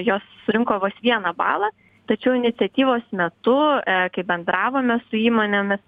jos surinko vos vieną balą tačiau iniciatyvos metu bendravome su įmonėmis